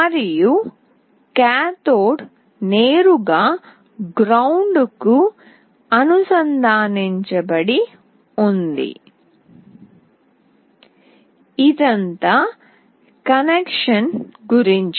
మరియు కాథోడ్ నేరుగా గ్రౌండ్ కి అనుసంధానించబడి ఉంది ఇదంతా కనెక్షన్ గురించి